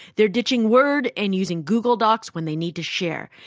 they're ditching word and using google docs, when they need to share.